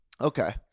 Okay